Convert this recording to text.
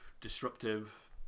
disruptive